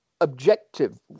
objective